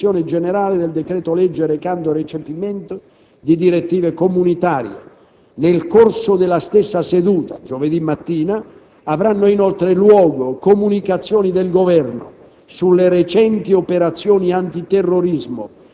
Resta confermato, per giovedì mattina, l'avvio della discussione generale del decreto-legge recante recepimento di direttive comunitarie. Nel corso della stessa seduta avranno inoltre luogo comunicazioni del Governo